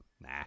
nah